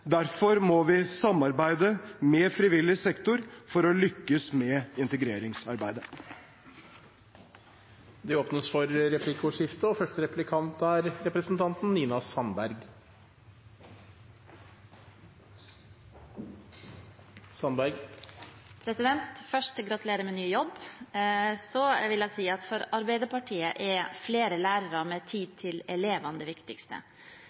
Derfor må vi samarbeide med frivillig sektor for å lykkes med integreringsarbeidet. Det blir replikkordskifte. Først: Gratulerer med ny jobb! Så vil jeg si at for Arbeiderpartiet er flere lærere med tid til elevene det viktigste.